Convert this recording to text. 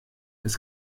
das